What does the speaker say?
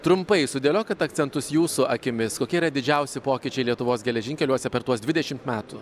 trumpai sudėliokit akcentus jūsų akimis kokie yra didžiausi pokyčiai lietuvos geležinkeliuose per tuos dvidešimt metų